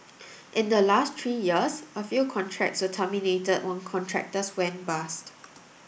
in the last three years a few contracts were terminated when contractors went bust